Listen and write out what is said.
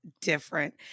different